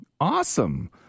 Awesome